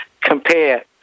compare